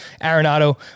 Arenado